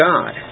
God